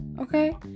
Okay